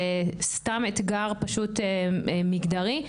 אתגר פשוט מגדרי,